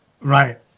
Right